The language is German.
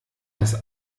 das